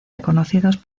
reconocidos